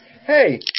Hey